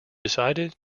decided